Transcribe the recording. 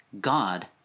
God